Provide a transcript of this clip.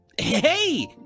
Hey